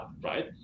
Right